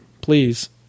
please